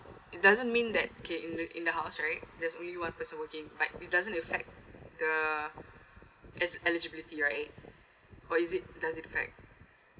it doesn't mean that okay in the in the house right there's only one person working right it doesn't effect the e~ eligibility right or is it does effect